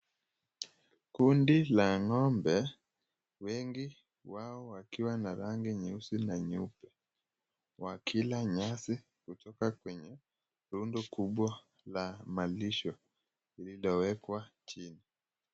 Kundi la ngo'mbe wengi wao wakiwa na rangi nyeusi na nyeupe wakila nyasi katika kwenye rumi kubwa ya malisho limewekwa chini.